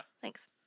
Thanks